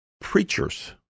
preachers